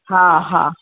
हा हा